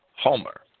Homer